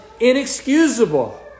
inexcusable